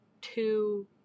two